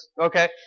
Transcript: Okay